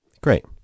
Great